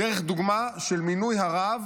דרך דוגמה של מינוי הרב